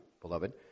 beloved